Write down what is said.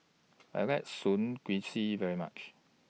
I like very much